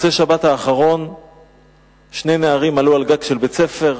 במוצאי-שבת שני נערים עלו על גג של בית-ספר,